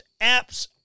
apps